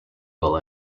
will